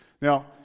Now